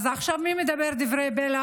עכשיו מי מדבר דברי בלע